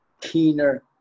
keener